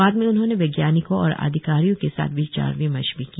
बाद में उन्होंने वैज्ञानिकों और अधिकारियों के साथ विचार विमर्श भी किया